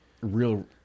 real